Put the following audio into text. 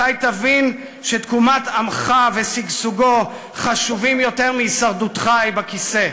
מתי תבין שתקומת עמך ושגשוגו חשובים יותר מהישרדותך בכיסא?